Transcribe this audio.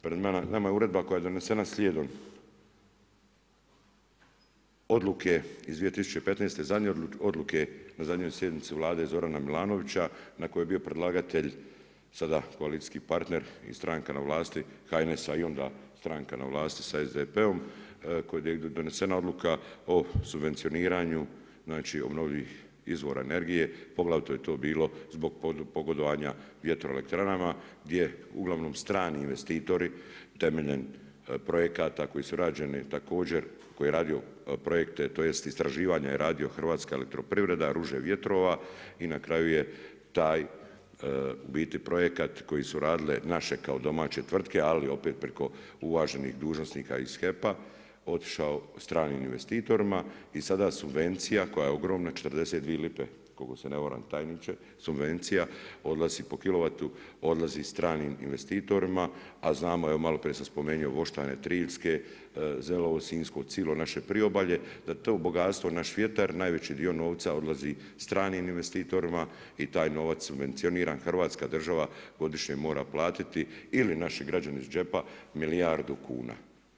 Pred nama je uredba koja je donesena slijedom odluke iz 2015. zadnje odluke, na zadnjoj sjednici Vlade Zorana Milanovića, na kojoj je bio predlagatelj sada koalicijski partner i stranka na vlasi HNS-a i onda stranka na vlasti sa SDP-om kod koje je donesena odluka o subvenciranju obnovljivih izvora energije, poglavito je to bilo zbog pogodovanja vjetorelektranama gdje uglavnom strani investitori temeljem projekata koji su rađeni također, koji je radio projekte, tj. istraživanje je radio Hrvatska elektroprivreda Ruže vjetrova i na kraju je taj projekat koje su radile naše kao domaće tvrtke ali opet preko uvaženih dužnosnika iz HEP-a otišao stranim investitorima i sada subvencija koja je ogromna 42 lipe, ukoliko se ne varam tajniče, subvencija odlazi po kilovatu, odlazi stranim investitorima, a znamo, evo malo prije sam spomenuo Voštane Triljske, Zelovo Sinjsko, cilo naše priobalje, da to bogatstvo naš vjetar, najveći dio novca odlazi stranim investitorima i taj novac subvencionira hrvatska država godišnje mora platiti ili naši građani iz džepa milijardu kuna.